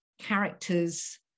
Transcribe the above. characters